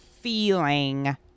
feeling